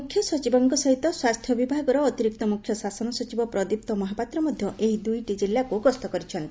ମୁଖ୍ୟ ସଚିବଙ୍କ ସ୍ୱାସ୍ଥ୍ୟ ବିଭାଗର ଅତିରିକ୍ତ ମୁଖ୍ୟ ଶାସନ ସଚିବ ପ୍ରଦୀପ୍ତ ମହାପାତ୍ର ମଧ ଏହି ଦୁଇଟି ଜିଲ୍ଲାକୁ ଗସ୍ତ କରିଛନ୍ତି